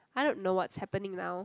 I don't know what's happening now